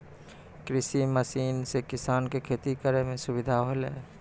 कृषि मसीन सें किसान क खेती करै में सुविधा होलय